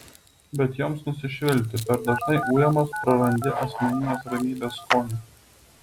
bet joms nusišvilpti per dažnai ujamas prarandi asmeninės ramybės skonį